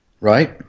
Right